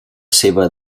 seva